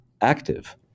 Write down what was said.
active